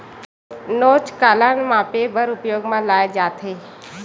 नोच काला मापे बर उपयोग म लाये जाथे?